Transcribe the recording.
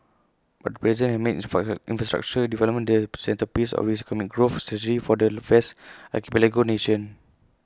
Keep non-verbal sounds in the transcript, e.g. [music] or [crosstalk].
but the president has made [unintelligible] infrastructure development the [unintelligible] centrepiece of his economic growth strategy for the vast archipelago nation